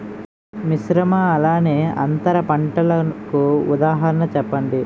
మిశ్రమ అలానే అంతర పంటలకు ఉదాహరణ చెప్పండి?